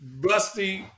busty